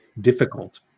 difficult